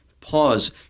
pause